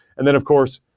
and then, of course,